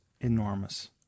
enormous